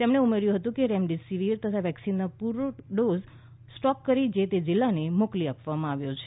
તેમણે ઉમેર્યું હતું કે રેમડેસીવીર તથા વેકસીનના પૂરતા ડોઝ અગાઉથી જ સ્ટોક કરીને જે તે જિલ્લાને મોકલી આપવામાં આવ્યા છે